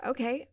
Okay